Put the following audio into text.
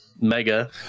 mega